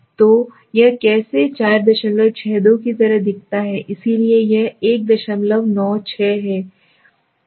तो यह कैसे 462 की तरह दिखता है इसलिए यह 196 है